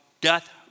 Death